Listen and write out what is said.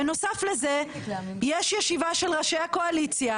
בנוסף לזה יש ישיבה של ראשי הקואליציה